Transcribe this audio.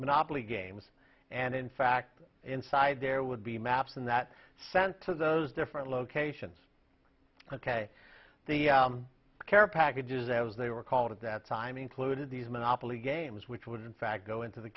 monopoly games and in fact inside there would be maps in that sent to those different locations ok the care packages as they were called at that time included these monopoly games which would in fact go into the